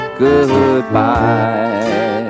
goodbye